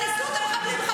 תתביישי לך.